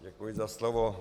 Děkuji za slovo.